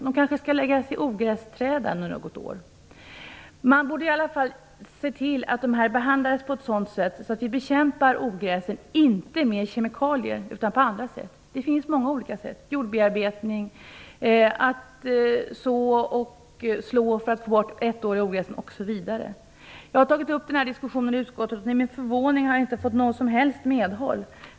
De kanske skall läggas i ogrästräda under något år. Man borde i alla fall se till att vi inte bekämpar ogräset med kemikalier utan på andra sätt. Det finns många olika sätt. Man kan t.ex. bearbeta jorden och så och slå för att få bort det ettåriga ogräset. Jag har tagit upp den här diskussionen i utskottet. Till min förvåning har jag inte fått något som helst medhåll.